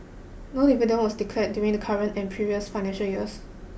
no dividends were declared during the current and previous financial years